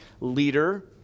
leader